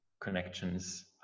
connections